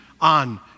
on